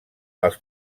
als